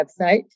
website